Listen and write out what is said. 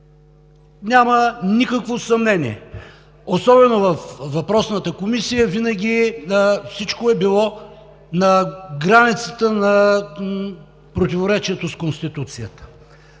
няма никакво съмнение, че във въпросната Комисия всичко винаги е било на границата на противоречието с Конституцията.